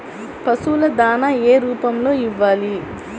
పశువుల దాణా ఏ రూపంలో ఇవ్వాలి?